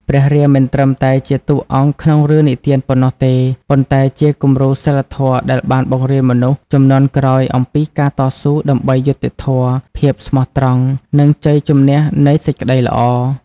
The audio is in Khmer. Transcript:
ព្រះរាមមិនត្រឹមតែជាតួអង្គក្នុងរឿងនិទានប៉ុណ្ណោះទេ ប៉ុន្តែជាគំរូសីលធម៌ដែលបានបង្រៀនមនុស្សជំនាន់ក្រោយអំពីការតស៊ូដើម្បីយុត្តិធម៌ ភាពស្មោះត្រង់ និងជ័យជម្នះនៃសេចក្ដីល្អ ។